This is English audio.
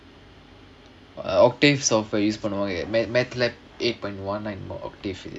matlab eight point one octave